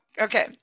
okay